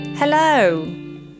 Hello